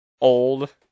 Old